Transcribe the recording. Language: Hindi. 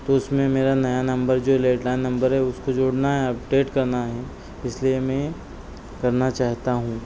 तो उसमें मेरा नया नम्बर जो लैन्डलाइन नम्बर है उसको जोड़ना है अपडेट करना है इसलिए मैं करना चाहता हूँ